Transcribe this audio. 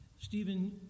Stephen